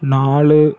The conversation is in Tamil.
நாலு